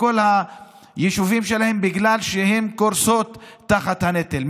כל היישובים שלהן בגלל שהן קורסות תחת הנטל.